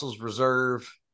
Reserve